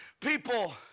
people